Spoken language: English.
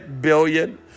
billion